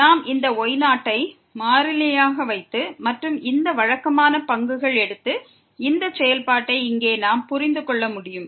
நாம் இந்த y0 ஐ மாறிலியாக வைத்து மற்றும் இந்த வழக்கமான பங்குகள் எடுத்து இந்த செயல்பாட்டை இங்கே நாம் புரிந்து கொள்ள முடியும்